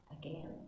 again